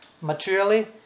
materially